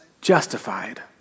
Justified